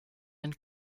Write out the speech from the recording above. ein